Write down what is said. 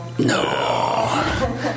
No